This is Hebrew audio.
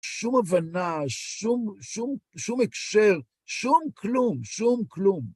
שום הבנה, שום הקשר, שום כלום, שום כלום.